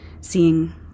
seeing